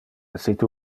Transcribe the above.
essite